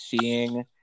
seeing